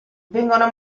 vengono